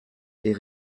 est